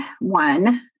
one